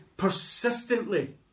persistently